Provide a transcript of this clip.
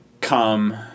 Come